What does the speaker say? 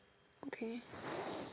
okay